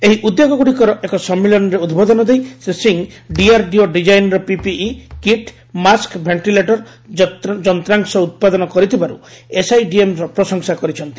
ଏହି ଉଦ୍ୟୋଗଗୁଡ଼ିକର ଏକ ସମ୍ମିଳନୀରେ ଉଦ୍ବୋଧନ ଦେଇ ଶ୍ରୀ ସିଂହ ଡିଆର୍ଡିଓ ଡିଜାଇନ୍ର ପିପିଇ କିଟ୍ ମାସ୍କ୍ ଭେଷ୍ଟିଲେଟର ଯନ୍ତ୍ରାଂଶ ଉତ୍ପାଦନ କରିଥିବାରୁ ଏସ୍ଆଇଡିଏମ୍ର ପ୍ରଶଂସା କରିଛନ୍ତି